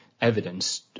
evidence